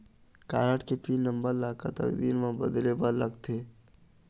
Card के pin number ला कतक दिन म बदले बर लगथे?